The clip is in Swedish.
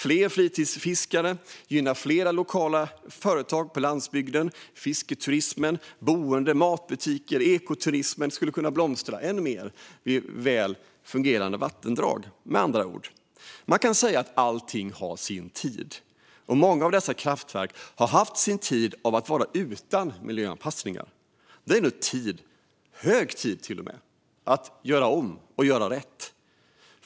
Fler fritidsfiskare gynnar lokala företag på landsbygden med fisketurism, boenden och matbutiker. Ekoturismen skulle kunna blomstra än mer med väl fungerande vattendrag. Med andra ord kan vi säga att allt har sin tid. Många av dessa kraftverk har haft sin tid av att vara utan miljöanpassningar. Nu är det hög tid att göra om och göra rätt.